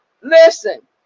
Listen